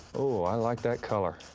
oh, i like that color.